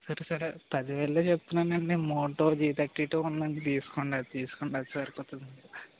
సరే సరే పదివేలే చెప్తున్నానండి మోటోది థర్టీ టు ఉందండి తీసుకోండి అది తీసుకోండి సరిపోతుంది మీకు